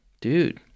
Dude